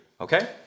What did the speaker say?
okay